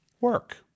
work